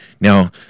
Now